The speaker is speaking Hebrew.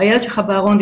הילד שלך בארון,